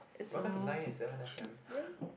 welcome to nine eight seven f_m